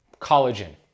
collagen